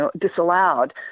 disallowed